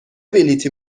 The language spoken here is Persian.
بلیطی